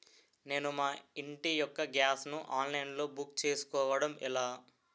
నేను మా ఇంటి యెక్క గ్యాస్ ను ఆన్లైన్ లో బుక్ చేసుకోవడం ఎలా?